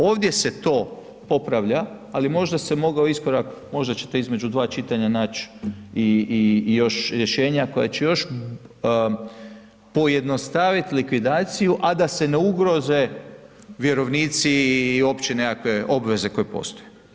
Ovdje se to popravlja ali možda se mogao iskorak, možda ćete između dva čitanja nać i još rješenja koja će još pojednostavit likvidaciju, a da se ne ugroze vjerovnici i uopće nekakve obveze koje postoje.